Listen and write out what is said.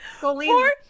Four